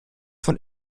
von